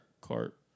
cart